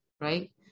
right